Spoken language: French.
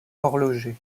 horloger